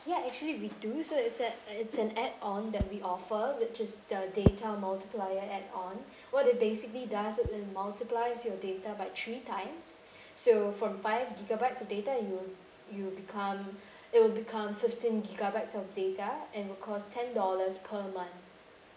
ya actually we do so it's add uh it's an add on that we offer which is the data multiplier add on what it basically does is it multiplies your data by three times so from five gigabytes of data you will you become it will become fifteen gigabytes of data and will cost ten dollars per month